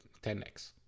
10x